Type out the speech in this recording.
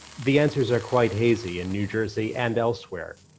the answers are quite hazy in new jersey and elsewhere.